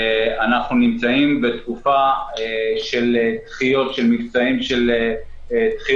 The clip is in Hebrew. אנחנו נמצאים בתקופה של דחיות הלוואות,